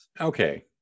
okay